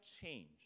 change